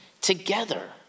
together